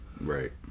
Right